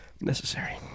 necessary